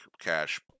cash